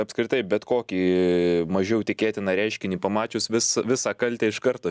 apskritai bet kokį mažiau tikėtiną reiškinį pamačius vis visą kaltę iš karto